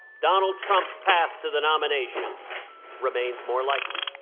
donald trump's path to the nomination remains more likely.